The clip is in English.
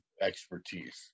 expertise